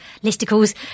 listicles